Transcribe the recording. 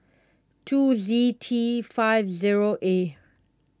two Z T five zero A